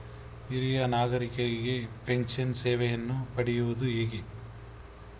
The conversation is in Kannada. ಹಿರಿಯ ನಾಗರಿಕರಿಗೆ ಪೆನ್ಷನ್ ಸೇವೆಯನ್ನು ಪಡೆಯುವುದು ಹೇಗೆ?